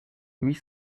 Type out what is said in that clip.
huit